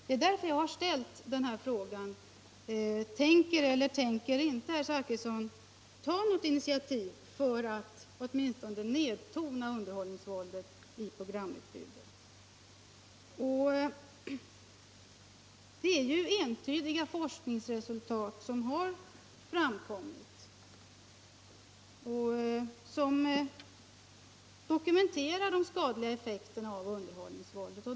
Det är därför jag har ställt den här frågan: Tänker herr Zachrisson ta något initiativ för att åtminstone nedtona underhållningsvåldet i programutbudet? Det är ju entydiga forskningsresultat som har framkommit och som dokumenterar de skadliga effekterna av underhållningsvåldet.